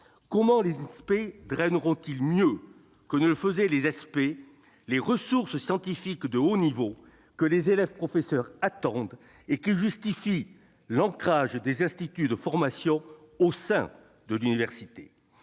Comment les Inspé draineront-ils mieux que ne le faisaient les ÉSPÉ les ressources scientifiques de haut niveau que les élèves professeurs attendent et qui justifient l'ancrage des instituts de formation au sein de l'université ?